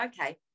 okay